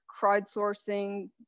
crowdsourcing